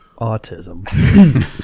autism